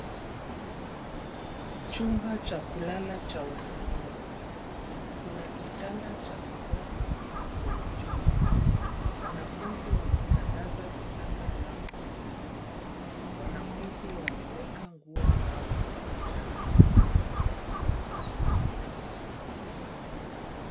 Chumba cha kulala cha wanafunzi. Kuna kitanda cha ghorofa kwenye chumba. Wanafunzi wametandaza vitanda vyao vizuri. Wanafunzi wameweka nguo zao kwa utaratibu.